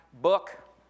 book